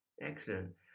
Excellent